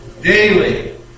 daily